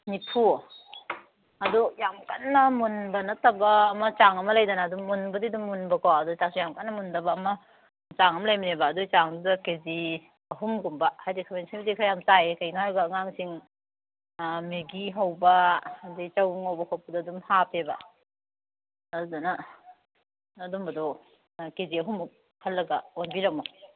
ꯅꯤꯐꯨ ꯑꯗꯣ ꯌꯥꯝ ꯀꯟꯅ ꯃꯨꯟꯕ ꯅꯠꯇꯕ ꯑꯃ ꯆꯥꯡ ꯑꯃ ꯂꯩꯗꯅ ꯑꯗꯨꯝ ꯃꯨꯟꯕꯗꯤ ꯑꯗꯨꯝ ꯃꯨꯟꯕ ꯀꯣ ꯑꯗꯣꯏꯇꯥꯁꯨ ꯌꯥꯝ ꯀꯟꯅ ꯃꯨꯟꯗꯕ ꯑꯃ ꯆꯥꯡ ꯑꯃ ꯂꯩꯕꯅꯦꯕ ꯑꯗꯨꯏ ꯆꯥꯡꯗꯨꯗ ꯀꯦ ꯖꯤ ꯑꯍꯨꯝꯒꯨꯝꯕ ꯍꯥꯏꯗꯤ ꯈꯥꯃꯦꯟ ꯑꯁꯤꯟꯕꯁꯦ ꯈꯔ ꯌꯥꯝ ꯆꯥꯏ ꯀꯩꯒꯤꯅꯣ ꯍꯥꯏꯔꯒ ꯑꯉꯥꯡꯁꯤꯡ ꯃꯦꯒꯤ ꯍꯧꯕ ꯑꯗꯩ ꯆꯧ ꯉꯧꯕ ꯈꯣꯠꯄꯗ ꯑꯗꯨꯝ ꯍꯥꯞꯄꯦꯕ ꯑꯗꯨꯅ ꯑꯗꯨꯝꯕꯗꯣ ꯀꯦ ꯖꯤ ꯑꯍꯨꯝꯃꯨꯛ ꯈꯜꯂꯒ ꯑꯣꯟꯕꯤꯔꯝꯃꯣ